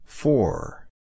Four